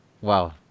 wow